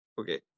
Okay